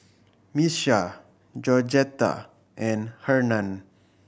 Miesha Georgetta and Hernan